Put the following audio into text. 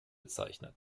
bezeichnet